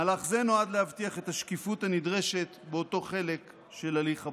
מהלך זה נועד להבטיח את השקיפות הנדרשת באותו חלק של הליך הבחירה.